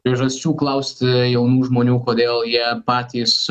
priežasčių klausti jaunų žmonių kodėl jie patys